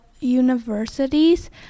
universities